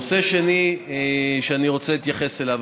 נושא שני שאני רוצה להתייחס אליו,